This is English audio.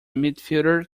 midfielder